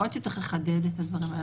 יכול להיות שצריך לחדד את הדברים האלה,